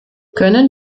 können